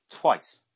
twice